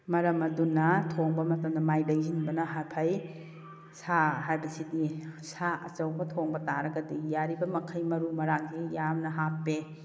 ꯃꯔꯝ ꯑꯗꯨꯅ ꯊꯣꯡꯕ ꯃꯇꯝꯗ ꯃꯥꯏ ꯂꯩꯁꯤꯟꯕꯅ ꯐꯩ ꯁꯥ ꯍꯥꯏꯕꯁꯤꯗꯤ ꯁꯥ ꯑꯆꯧꯕ ꯊꯣꯡꯕ ꯇꯥꯔꯒꯗꯤ ꯌꯥꯔꯤꯕ ꯃꯈꯩ ꯃꯔꯨ ꯃꯔꯥꯡꯁꯤ ꯌꯥꯝꯅ ꯍꯥꯞꯄꯦ